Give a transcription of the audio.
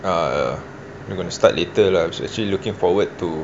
uh I'm going to start later lah actually looking forward to